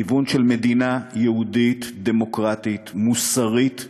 כיוון של מדינה יהודית דמוקרטית, מוסרית,